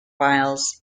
files